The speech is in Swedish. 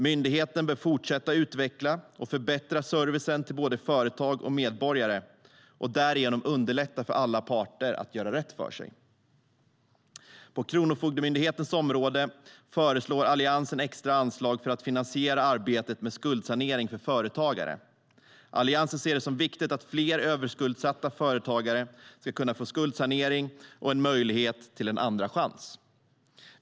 Myndigheten bör fortsätta att utveckla och förbättra servicen till både företag och medborgare, och därigenom underlätta för alla parter att göra rätt för sig. På Kronofogdemyndighetens område föreslår Alliansen extra anslag för att finansiera arbetet med skuldsanering för företagare. Alliansen ser det som viktigt att fler överskuldsatta företagare ska kunna få skuldsanering och en möjlighet till en andra chans.